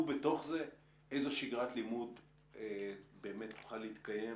ובתוך זה איזו שגרת לימוד באמת תוכל להתקיים